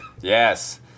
yes